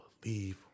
believe